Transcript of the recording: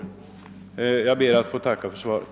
Jag ber att än en gång få tacka för svaret.